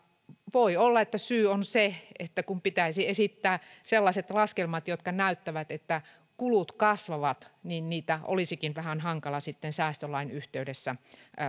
voi olla että syy on se että kun pitäisi esittää sellaiset laskelmat jotka näyttävät että kulut kasvavat niin niitä olisikin vähän hankala sitten säästölain yhteydessä